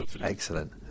excellent